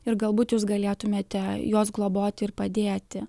ir galbūt jūs galėtumėte juos globoti ir padėti